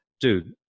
dude